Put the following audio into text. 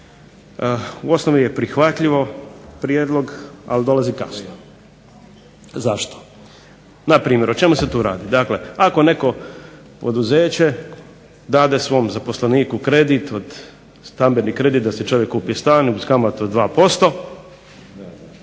u osnovi je prihvatljivo prijedlog, ali dolazi kasno. Zašto? Na primjer o čemu se tu radi? Dakle, ako neko poduzeće dade svom zaposleniku kredit od, stambeni kredit da si čovjek kupi stan i uz kamatu od